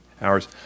hours